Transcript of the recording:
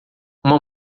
uma